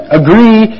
agree